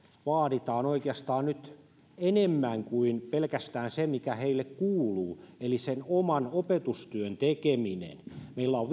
vaaditaan nyt oikeastaan enemmän kuin pelkästään se mikä heille kuuluu eli sen oman opetustyön tekeminen meillä on